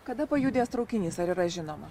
kada pajudės traukinys ar yra žinoma